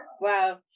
Wow